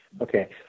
Okay